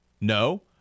No